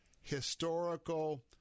historical